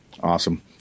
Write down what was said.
Awesome